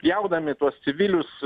pjaudami tuos civilius